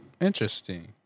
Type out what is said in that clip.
Interesting